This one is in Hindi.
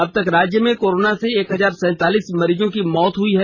अब तक राज्य में कोरोना से एक हजार सैंतालीस मरीज की मौत हुई हैं